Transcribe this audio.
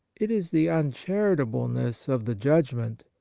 it is the uncharitableness of the judgment,